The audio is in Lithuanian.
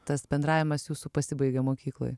tas bendravimas jūsų pasibaigė mokykloje